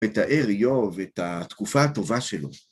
את האריו ואת התקופה הטובה שלו.